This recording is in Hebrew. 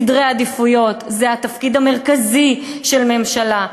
קביעת סדרי עדיפויות זה התפקיד המרכזי של ממשלה,